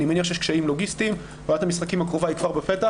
ואני מניח שיש קשיים לוגיסטיים ועונת המשחקים הקרובה כבר בפתח